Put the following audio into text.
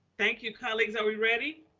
thank you, colleagues. are we ready?